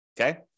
Okay